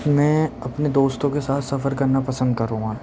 میں اپنے دوستوں کے ساتھ سفر کرنا پسند کروں گا